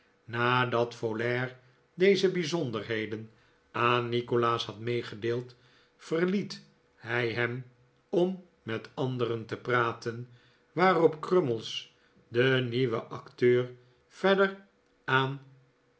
nadat folair deze bijzonderheden aan nikolaas had meegedeeld verliet hij hem om met anderen te praten waarop crummies den nieuwen acteur verder aan